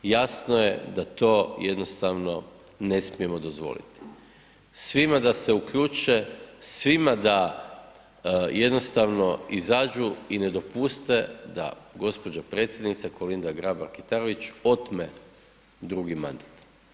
I jasno je da to jednostavno ne smijemo dozvoliti svima da se uključe, svima da jednostavno izađu i ne dopuste da gđa predsjednica Kolinda Grabar-Kitarović otme drugi mandat.